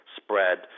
spread